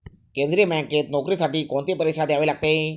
केंद्रीय बँकेत नोकरीसाठी कोणती परीक्षा द्यावी लागते?